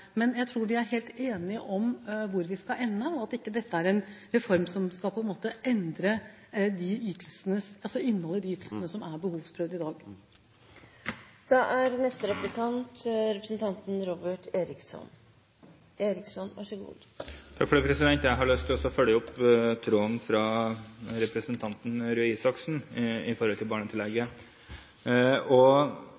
Men det kan være regnestykker som nødvendigvis ikke gir de utslagene likevel, så vi må gjøre en ordentlig jobb her. Jeg tror vi er helt enige om hvor vi skal ende, og at dette ikke er en reform som skal endre innholdet i de ytelsene som er behovsprøvd i dag. Jeg har lyst til å ta opp tråden fra representanten Røe Isaksen i forhold til barnetillegget.